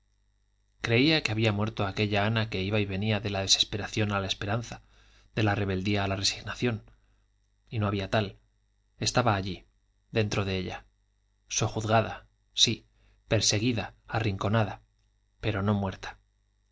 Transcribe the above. creía que había muerto aquella ana que iba y venía de la desesperación a la esperanza de la rebeldía a la resignación y no había tal estaba allí dentro de ella sojuzgada sí perseguida arrinconada pero no muerta